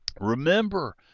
Remember